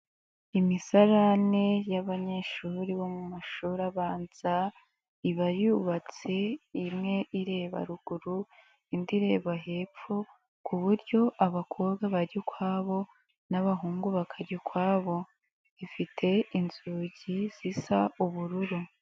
Imisarane y'abanyeshuri bo mu mashuri abanza, iba yubatse imwe ireba ruguru indi ireba hepfo, ku buryo abakobwa bajya ukwabo n'abahungu bakajya ukwabo. Ifite inzugi zisa ubururu.